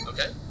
Okay